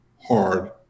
hard